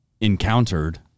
encountered